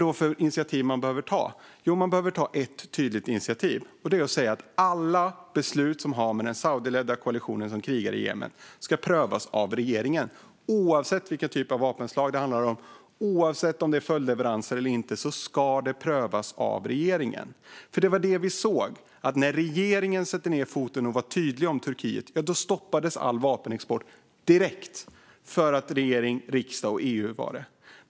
Vilka initiativ behöver man ta? Jo, man behöver ta ett tydligt initiativ. Det gör man genom att säga att alla beslut som har att göra med den saudiskledda koalitionen som krigar i Jemen ska prövas av regeringen, oavsett vilka vapenslag det handlar om och oavsett om det handlar om följdleveranser. Det ska alltid prövas av regeringen. Vi såg att när regering, riksdag och EU satte ned foten och var tydliga när det gällde Turkiet stoppades all vapenexport direkt.